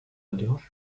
oluyor